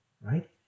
right